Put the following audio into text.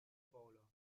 bowler